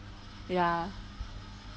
ya